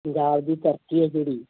ਪੰਜਾਬ ਦੀ ਧਰਤੀ ਹੈ ਜਿਹੜੀ